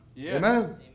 Amen